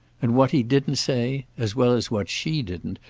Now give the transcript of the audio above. and what he didn't say as well as what she didn't,